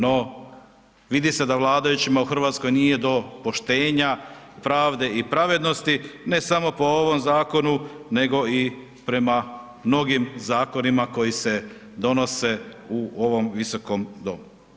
No, vidi se da vladajućima u RH nije do poštenja, pravde i pravednosti, ne samo po ovom zakonu, nego i prema mnogim zakonima koji se donose u ovom Visokom domu.